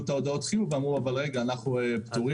את הודעות החיוב ואמרו: אנחנו פטורים.